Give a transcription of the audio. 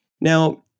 Now